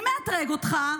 מי מאתרג אותך?